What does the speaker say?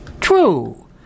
true